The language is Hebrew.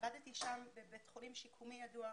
עבדתי שם בבית חולים שיקומי ידוע,